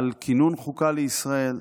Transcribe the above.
על כינון חוקה לישראל.